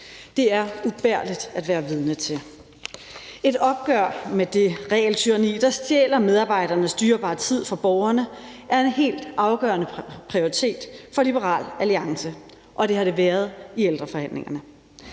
Det er ubærligt at være vidne til. Et opgør med det regeltyranni, der stjæler medarbejdernes dyrebare tid fra borgerne, er en helt afgørende prioritet for Liberal Alliance, og det har det været i ældreforhandlingerne.